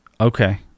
okay